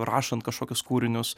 rašant kažkokius kūrinius